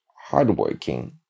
hardworking